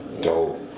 dope